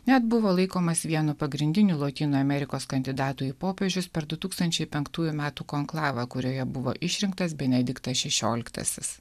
net buvo laikomas vienu pagrindinių lotynų amerikos kandidatu į popiežius per du tūkstančiai penktųjų metų konklavą kurioje buvo išrinktas benediktas šešioliktasis